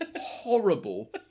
horrible